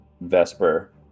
Vesper